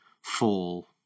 fall